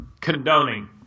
condoning